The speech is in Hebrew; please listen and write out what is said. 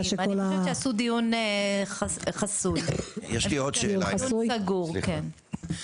אני חושבת שעשו דיון חסוי, דיון סגור כן.